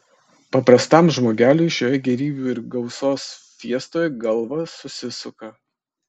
paprastam žmogeliui šioje gėrybių ir gausos fiestoje galva susisuka